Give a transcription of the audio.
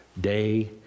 day